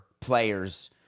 players